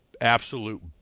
absolute